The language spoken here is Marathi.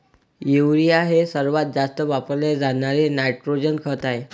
युरिया हे सर्वात जास्त वापरले जाणारे नायट्रोजन खत आहे